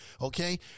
Okay